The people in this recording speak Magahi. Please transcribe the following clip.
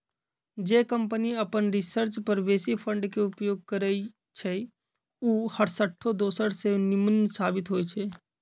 जे कंपनी अप्पन रिसर्च पर बेशी फंड के उपयोग करइ छइ उ हरसठ्ठो दोसर से निम्मन साबित होइ छइ